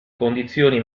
condizioni